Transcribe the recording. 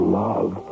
love